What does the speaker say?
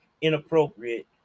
inappropriate